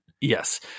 Yes